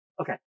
Okay